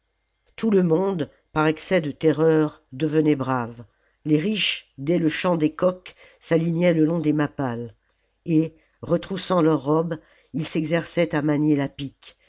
tout le monde par excès de terreur devenait brave les riches dès le chant des coqs s'alignaient le long des mappales et retroussant leurs robes ils s'exerçaient à manier la pique